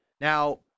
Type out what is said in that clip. Now